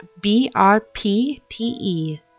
BRPTE